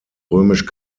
römisch